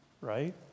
right